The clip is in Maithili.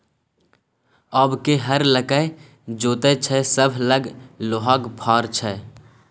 आब के हर लकए जोतैय छै सभ लग लोहाक फार छै